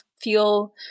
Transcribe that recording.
feel